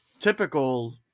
typical